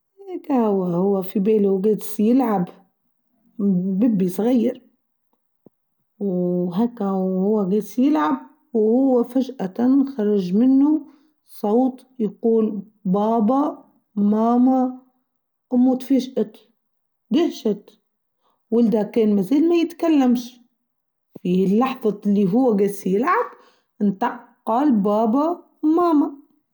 هيكا هو في باله جيس يلعب بيبي صغير و هاكا و هو جيس يلعب و هو فجأتا خارج منه صوت يقول بابا ماما أمه إتفاجئت دهشت ولدها كان مازال ما يتكلمش هى اللحظه إلي هو جيس يلعب إنطق قال بابا ماما.